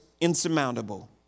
insurmountable